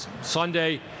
Sunday